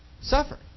Suffer